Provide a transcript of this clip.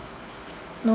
no